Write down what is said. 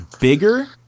bigger